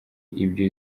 ibyo